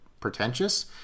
pretentious